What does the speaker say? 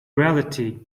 reality